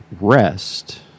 rest